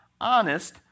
honest